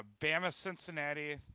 Bama-Cincinnati